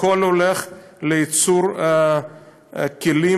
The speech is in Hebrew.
הכול הולך לייצור כלים,